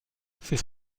c’est